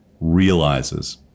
realizes